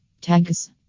tags